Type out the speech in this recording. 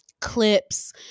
clips